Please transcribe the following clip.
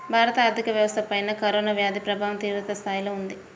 భారత ఆర్థిక వ్యవస్థపైన కరోనా వ్యాధి ప్రభావం తీవ్రస్థాయిలో ఉన్నది